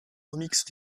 remixes